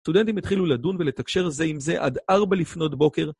סטודנטים התחילו לדון ולתקשר זה עם זה עד ארבע לפנות בוקר.